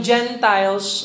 Gentiles